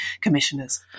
commissioners